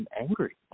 angry